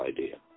idea